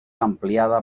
ampliada